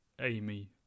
Amy